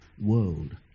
world